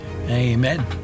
Amen